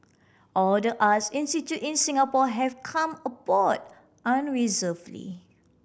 all the arts institute in Singapore have come aboard unreservedly